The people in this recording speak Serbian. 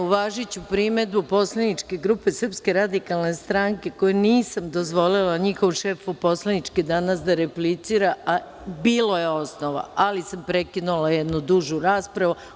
Uvažiću primedbu poslaničke grupe SRS, kojima nisam dozvolila, tj. njihovom šefu poslaničke grupe danas da replicira, a bilo je osnova, ali sam prekinula jednu dužu raspravu.